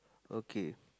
okay